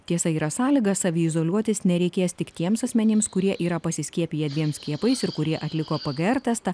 tiesa yra sąlyga saviizoliuotis nereikės tik tiems asmenims kurie yra pasiskiepiję dviem skiepais ir kurie atliko pgr testą